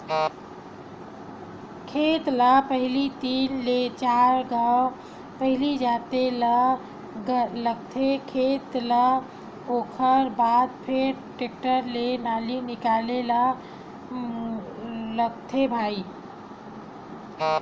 खेत ल पहिली तीन ले चार घांव पहिली जोते ल लगथे खेत ल ओखर बाद फेर टेक्टर ले नाली निकाले ल लगथे भई